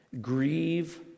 Grieve